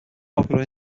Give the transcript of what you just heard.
popular